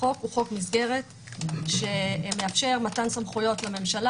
החוק הוא חוק מסגרת שמאפשר מתן סמכויות לממשלה,